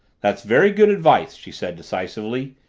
that's very good advice, she said decisively.